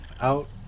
out